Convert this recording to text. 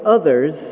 others